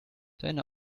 deine